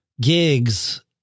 gigs